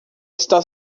está